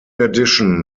addition